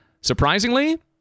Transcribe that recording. Surprisingly